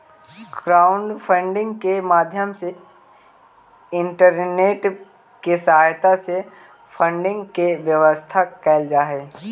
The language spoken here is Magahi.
क्राउडफंडिंग के माध्यम से इंटरनेट के सहायता से फंडिंग के व्यवस्था कैल जा हई